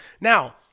Now